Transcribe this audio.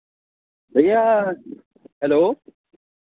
भैया हेलो